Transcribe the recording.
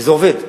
וזה עובד.